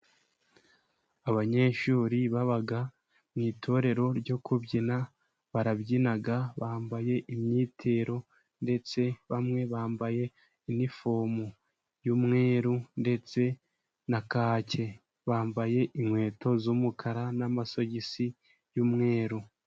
Abanyeshuri baba mu itorero ryo kubyina, barabyina bambaye imyitero, ndetse bamwe bambaye inifomu y'umweru ndetse na kake, bambaye inkweto z'umukara n'amasogisi y'umweru.